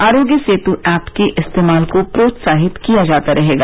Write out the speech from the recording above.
आरोग्य सेतु ऐप के इस्तेमाल को प्रोत्साहित किया जाता रहेगा